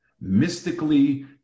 Mystically